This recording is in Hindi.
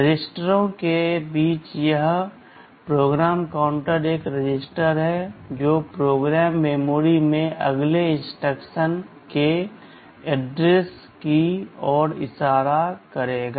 रजिस्टरों के बीच यह PC एक रजिस्टर है जो प्रोग्राम मेमोरी में अगले इंस्ट्रक्शन के एड्रेस की ओर इशारा करेगा